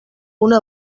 una